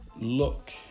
look